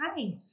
Hi